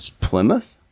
Plymouth